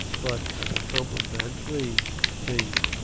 but, as a complimentary thing,